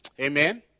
Amen